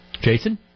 Jason